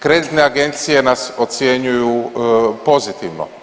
Kreditne agencije nas ocjenjuju pozitivno.